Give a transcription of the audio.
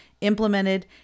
implemented